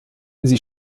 sie